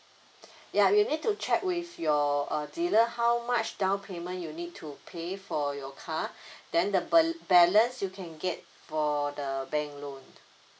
ya you need to check with your uh dealer how much down payment you need to pay for your car then the bal~ balance you can get for the bank loan